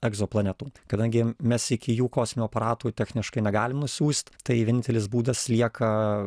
egzoplanetų kadangi mes iki jų kosminių aparatų techniškai negalim nusiųst tai vienintelis būdas lieka